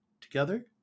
Together